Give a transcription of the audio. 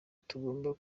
tugomba